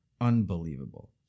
Unbelievable